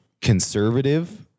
conservative